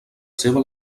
seva